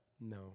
No